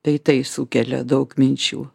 tai tai sukelia daug minčių